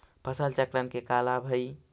फसल चक्रण के का लाभ हई?